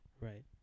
Right